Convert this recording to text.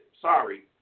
Sorry